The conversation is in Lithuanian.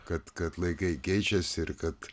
kad kad laikai keičiasi ir kad